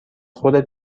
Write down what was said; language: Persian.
خودت